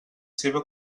seva